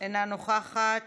אינה נוכחת.